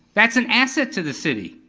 that's an asset to the city.